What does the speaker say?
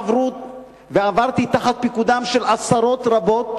ועברתי תחת פיקודם של עשרות רבות,